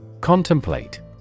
Contemplate